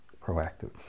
proactive